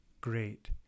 great